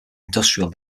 industrial